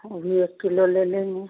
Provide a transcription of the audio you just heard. ओ भी एक किलो ले लेंगे